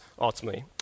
ultimately